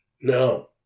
No